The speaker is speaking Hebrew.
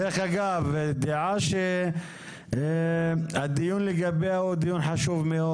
דרך אגב, דעה שהדיון לגביה הוא דיון חשוב מאוד.